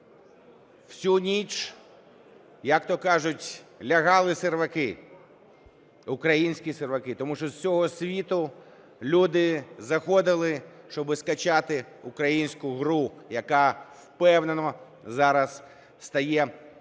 всю ніч, як-то кажуть, лягали серваки, українські серваки, тому що з усього світу люди заходили, щоб скачати українську гру, яка впевнено зараз стає